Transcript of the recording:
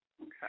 Okay